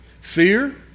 fear